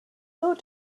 law